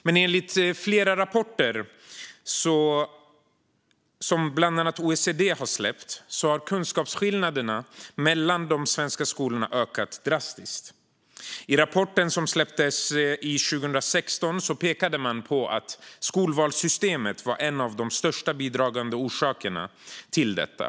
Men enligt flera rapporter som bland annat OECD har släppt har kunskapsskillnaderna mellan de svenska skolorna ökat drastiskt. I rapporten som släpptes 2016 pekade man på att skolvalssystemet var en av de största bidragande orsakerna till detta.